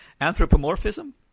Anthropomorphism